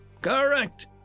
Correct